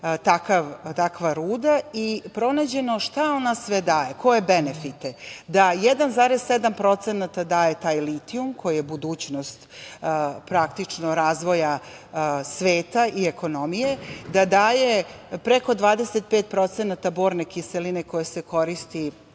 takva ruda i pronađeno šta ona sve daje, koje benefite. Da 1,7% daje taj litijum, koji je budućnost razvoja sveta i ekonomije, da daje preko 25% borne kiseline, koja se koristi